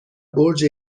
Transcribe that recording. برج